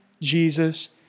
Jesus